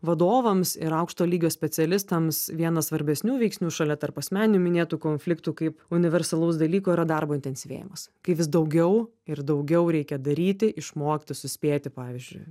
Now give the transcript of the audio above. vadovams ir aukšto lygio specialistams vienas svarbesnių veiksnių šalia tarpasmeninių minėtų konfliktų kaip universalaus dalyko yra darbo intensyvėjimas kai vis daugiau ir daugiau reikia daryti išmokti suspėti pavyzdžiui